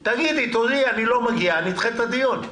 תודיעי: אני לא מגיעה אני אדחה את הדיון.